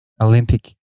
Olympic